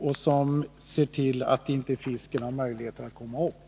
och som innebär att fisken inte har möjligheter att komma upp.